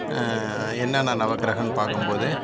என்னென்ன நவக்கிரகம்ன்னு பார்க்கும்போது